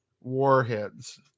warheads